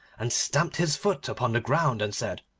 and stamped his foot upon the ground, and said,